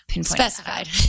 specified